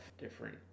different